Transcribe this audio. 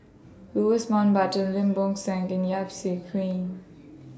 Louis Mountbatten Lim Bo Seng and Yap Su Queen